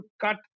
cut